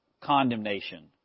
condemnation